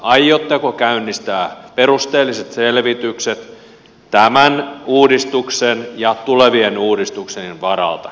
aiotteko käynnistää perusteelliset selvitykset tämän uudistuksen ja tulevien uudistusten varalta